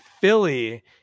Philly